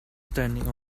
standing